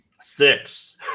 Six